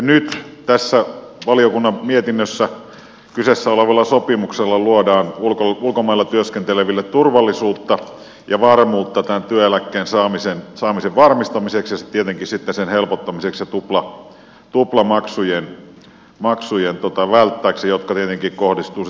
nyt tässä valiokunnan mietinnössä kyseessä olevalla sopimuksella luodaan ulkomailla työskenteleville turvallisuutta ja varmuutta tämän työeläkkeen saamisen varmistamiseksi ja tietenkin sitten sen helpottamiseksi ja tuplamaksujen välttämiseksi jotka tietenkin kohdistuvat sitten yrityksiin